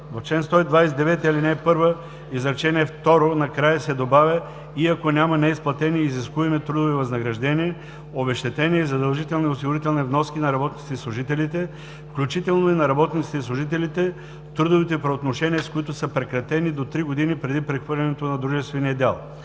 В чл. 129, ал. 1, изречение второ накрая се добавя „и ако няма неизплатени изискуеми трудови възнаграждения, обезщетения и задължителни осигурителни вноски на работниците и служителите, включително и на работниците и служителите трудовите правоотношения, с които са прекратени до три години преди прехвърлянето на дружествения дял“.